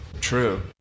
true